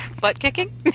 Butt-kicking